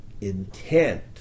intent